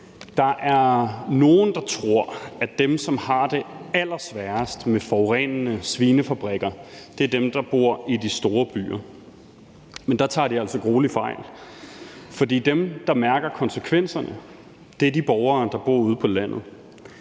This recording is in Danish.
Der er nogle, der tror, at dem, som har det allersværest med forurenende svinefabrikker, er dem, der bor i de store byer. Men der tager de altså gruelig fejl, for dem, der mærker konsekvenserne, er de borgere, der bor ude på landet.